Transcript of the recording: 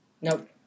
Nope